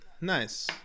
Nice